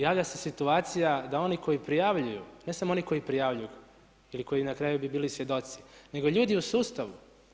Javlja se situacija da oni koji prijavljuju, ne samo oni koji prijavljuju ili koji na kraju bi bili svjedoci nego ljudi u sustavu.